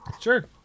Sure